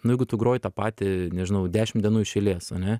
nu jeigu tu groji tą patį nežinau dešim dienų iš eilės ane